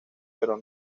pero